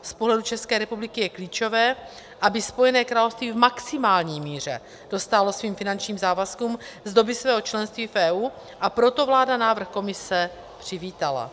Z pohledu České republiky je klíčové, aby Spojené království v maximální míře dostálo svým finančním závazkům z doby svého členství v EU, a proto vláda návrh Komise přivítala.